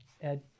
Ed